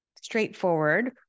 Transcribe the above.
straightforward